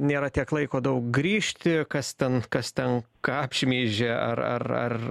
nėra tiek laiko daug grįžti kas ten kas ten ką apšmeižė ar ar ar